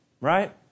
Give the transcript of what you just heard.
Right